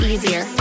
Easier